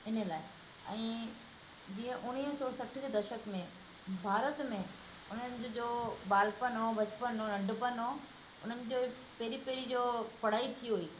इन लाइ ऐं जीअं उणिवीह सौ सठि जे दशक में भारत में उन्हनि जो जो बालपन हुओ बचपन हो नंढपण हुओ उन्हनि जो पहिरीं पहिरीं जो पढ़ाई थी हुई